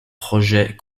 projets